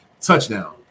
touchdown